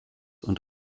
und